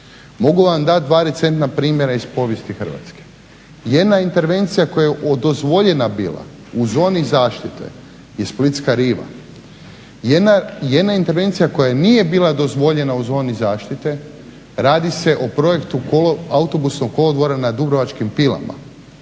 mogu vam dati dva recentna primjera iz povijesti Hrvatske. Jedna intervencija koja je dozvoljena bila u zoni zaštite je Splitska riva, jedna intervencija koja nije bila dozvoljena u zoni zaštite, radi se o projektu Autobusnog kolodvora na Dubrovačkim Pilama